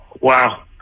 Wow